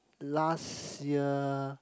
last year